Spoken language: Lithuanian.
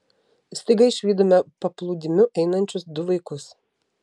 staiga išvydome paplūdimiu einančius du vaikus